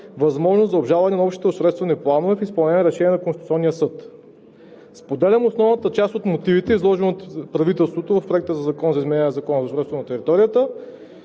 възможност за обжалване на общите устройствени планове в изпълнение на Решение на Конституционния съд. Споделям основната част от мотивите, изложени от правителството в Проекта на Закон за изменение и